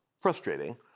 frustrating